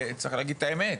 ולכן, צריך להגיד את האמת,